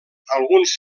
alguns